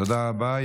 תודה רבה.